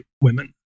women